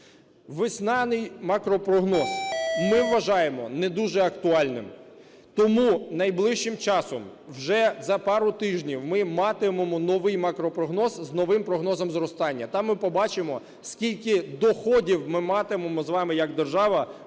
Весняний макропрогноз ми вважаємо не дуже актуальним. Тому найближчим часом вже за пару тижнів ми матимемо новий макропрогноз з новим прогнозом зростання. Там ми побачимо, скільки доходів ми матимемо з вами, як держава